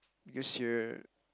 because you're